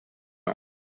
non